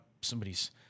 somebody's